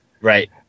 Right